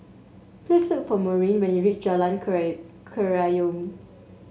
please look for Maureen when you reach Jalan Kerayong